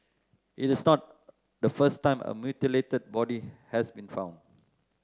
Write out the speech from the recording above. it is not the first time a mutilated body has been found